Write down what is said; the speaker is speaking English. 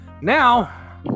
Now